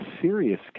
serious